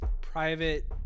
private